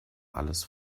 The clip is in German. alles